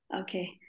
Okay